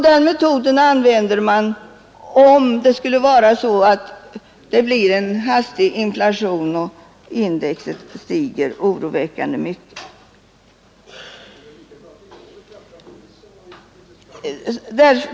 Den metoden används alltså om det hastigt uppstår en inflation och index stiger oroväckande mycket.